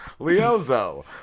Leozo